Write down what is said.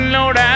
Lord